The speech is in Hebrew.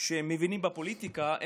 שהם מבינים רק בפוליטיקה,